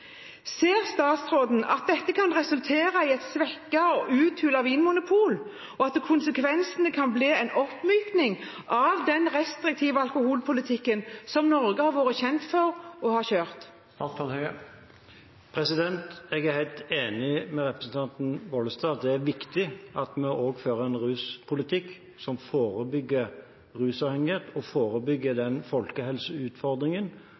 Ser statsråden at dette kan resultere i et svekket og uthult vinmonopol, og at konsekvensen kan bli en oppmyking av den restriktive alkoholpolitikken som Norge har vært kjent for og har kjørt? Jeg er helt enig med representanten Bollestad i at det er viktig at vi også fører en ruspolitikk som forebygger rusavhengighet og forebygger den folkehelseutfordringen